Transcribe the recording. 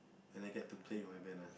when I get to play with my band ah